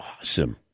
awesome